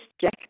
Jack